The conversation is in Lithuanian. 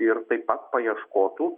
ir taip pat paieškotų